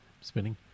spinning